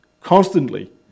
constantly